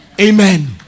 Amen